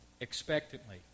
expectantly